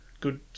Good